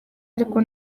ariko